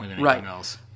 right